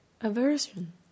aversion